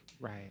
Right